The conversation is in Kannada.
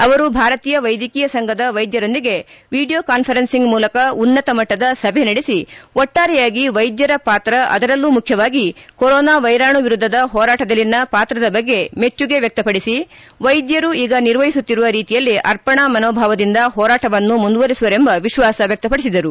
ಅವರು ಭಾರತೀಯ ವೈದ್ಯಕೀಯ ಸಂಘದ ವೈದ್ಯರೊಂದಿಗೆ ವಿಡಿಯೋ ಕಾನ್ಫರೆನ್ಸಿಂಗ್ ಮೂಲಕ ಉನ್ನತ ಮಟ್ಟದ ಸಭೆ ನಡೆಸಿ ಒಟ್ಟಾರೆಯಾಗಿ ವೈದ್ಯರ ಪಾತ್ರ ಅದರಲ್ಲೂ ಮುಖ್ಯವಾಗಿ ಕೊರೋನಾ ವೈರಾಣು ವಿರುದ್ದದ ಹೋರಾಟದಲ್ಲಿನ ಪಾತ್ರದ ಬಗ್ಗೆ ಮೆಚ್ಚುಗೆ ವ್ಯಕ್ತಪಡಿಸಿ ವೈದ್ಧರು ಈಗ ನಿರ್ವಹಿಸುತ್ತಿರುವ ರೀತಿಯಲ್ಲೇ ಅರ್ಪಣಾ ಮನೋಭಾವದಿಂದ ಹೋರಾಟವನ್ನು ಮುಂದುವರೆಸುವರೆಂಬ ವಿಶ್ವಾಸ ವ್ಯಕ್ತಪಡಿಸಿದರು